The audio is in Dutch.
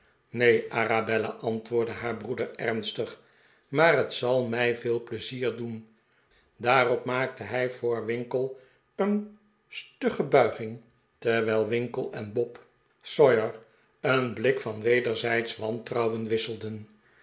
neen arabella antwoordde haar broeder ernstig maar net zalmij veel pleizier doen daarop maakte hij voor winkle een stugge buigirig terwijl winkle en bob sawyer een blik van wederzijdsch wantrouwen wisselden